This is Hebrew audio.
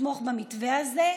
לתמוך במתווה הזה.